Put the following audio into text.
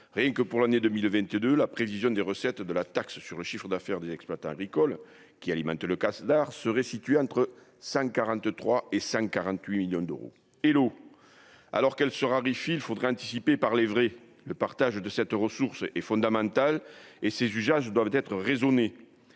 rien que pour l'année 2022 la prévision des recettes de la taxe sur le chiffre d'affaires des exploitants agricoles qui alimente le casse d'art se re-situer entre 143 et 148 millions d'euros et l'eau, alors qu'elle se raréfient, il faudrait anticiper par les vrais le partage de cette ressource est fondamental et ses usages, doivent être raisonné